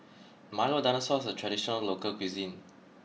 Milo Dinosaur is a traditional local cuisine